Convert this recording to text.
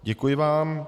Děkuji vám.